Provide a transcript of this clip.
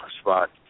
spot